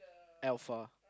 alpha